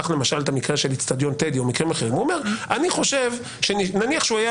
קח למשל את המקרה של אצטדיון טדי או מקרים אחרים נניח שהוא היה